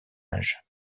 âge